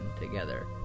together